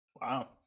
Wow